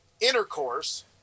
Intercourse